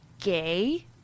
gay